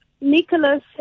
Nicholas